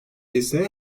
ise